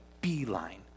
beeline